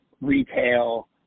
retail